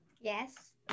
yes